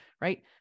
right